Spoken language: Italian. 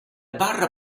barra